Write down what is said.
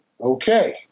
Okay